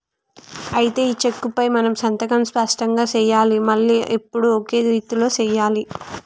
అయితే ఈ చెక్కుపై మనం సంతకం స్పష్టంగా సెయ్యాలి మళ్లీ ఎప్పుడు ఒకే రీతిలో సెయ్యాలి